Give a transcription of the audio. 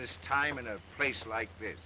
this time in a place like th